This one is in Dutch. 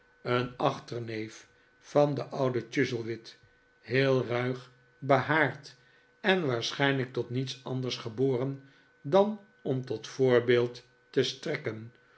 een achterneef van den ouden chuzzlewit heel ruig behaard eh waarschijnlijk tot niets anders geboren dan om tot voorbeeld te strekken